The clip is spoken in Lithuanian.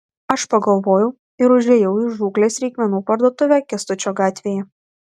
aš pagalvojau ir užėjau į žūklės reikmenų parduotuvę kęstučio gatvėje